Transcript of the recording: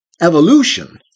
evolution